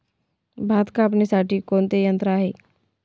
भात कापणीसाठी कोणते यंत्र आहे?